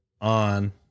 on